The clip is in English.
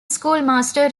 schoolmaster